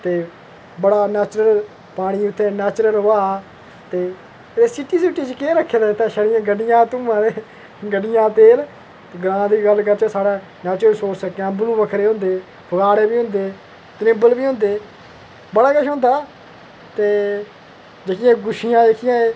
ते बड़ा नैचुरल पानी उत्थै नैचुरल हवा ते सीटी च किश केह् रक्खे दा ते छड़ा गड्डियां दा धुआं ते गड्डियें दे तेल ग्रांऽ दी गल्ल करचै साढ़ै नैचूरल सोरस कैम्वलूं बक्खरे होंदे रोआड़े होंदे त्रीम्बल बी होंदे बड़ा केश होंदा ते जेह्ड़ियां गुच्छियां जेह्कियां